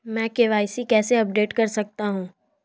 मैं के.वाई.सी कैसे अपडेट कर सकता हूं?